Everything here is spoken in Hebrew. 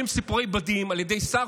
לכל דבר, על כל דבר שלא זז.